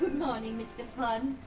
good morning, mr funn!